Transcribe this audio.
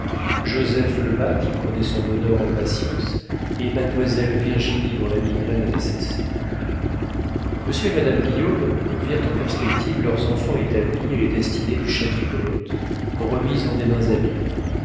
joseph lebas qui prenait son bonheur en patience et mademoiselle virginie dont la migraine avait cessé monsieur et madame guillaume virent en perspective leurs enfants établis et les destinées du chat qui pelote remises en des mains habiles